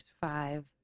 five